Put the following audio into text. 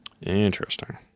Interesting